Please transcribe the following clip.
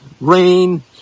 rain